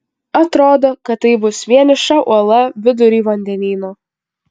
atrodo kad tai bus vieniša uola vidury vandenyno